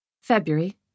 February